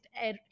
air